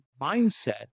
mindset